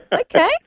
Okay